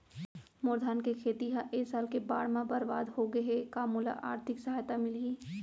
मोर धान के खेती ह ए साल के बाढ़ म बरबाद हो गे हे का मोला आर्थिक सहायता मिलही?